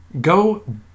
go